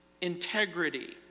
integrity